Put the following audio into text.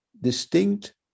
distinct